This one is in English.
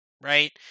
right